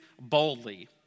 boldly